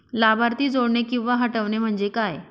लाभार्थी जोडणे किंवा हटवणे, म्हणजे काय?